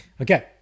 Okay